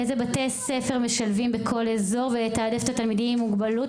איזה בתי ספר משלבים בכל אזור ולתעדף תלמידים עם מוגבלות,